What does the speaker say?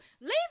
leave